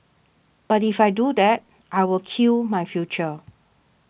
but if I do that I will kill my future